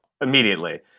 immediately